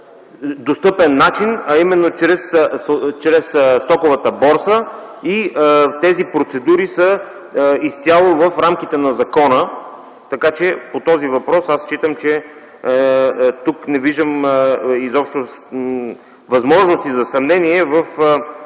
достъпен начин, а именно чрез Стоковата борса. Тези процедури са изцяло в рамките на закона, така че по този въпрос не виждам изобщо възможности за съмнения в